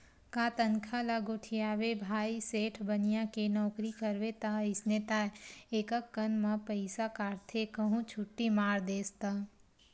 का तनखा ल गोठियाबे भाई सेठ बनिया के नउकरी करबे ता अइसने ताय एकक कन म पइसा काटथे कहूं छुट्टी मार देस ता